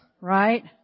right